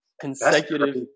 consecutive